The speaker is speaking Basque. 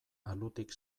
alutik